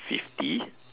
fifty